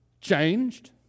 changed